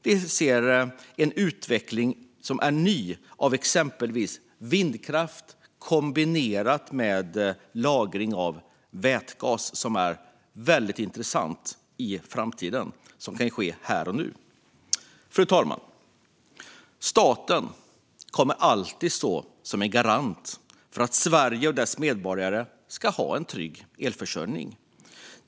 Vi ser en ny utveckling av exempelvis vindkraft kombinerat med lagring i vätgas som är väldigt intressant inför framtiden - och det kan ske här och nu. Fru talman! Staten kommer alltid att stå som garant för att Sverige och dess medborgare ska ha en trygg elförsörjning.